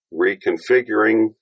reconfiguring